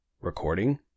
Recording